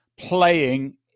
playing